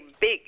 big